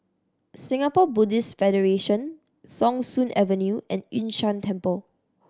Singapore Buddhist Federation Thong Soon Avenue and Yun Shan Temple